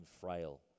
frail